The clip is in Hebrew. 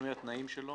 ושינוי התנאים שלו